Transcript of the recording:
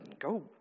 Go